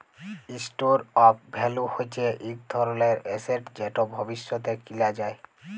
store of value হচ্যে ইক ধরলের এসেট যেট ভবিষ্যতে কিলা যায়